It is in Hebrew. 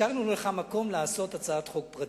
השארנו לך מקום לעשות הצעת חוק פרטית.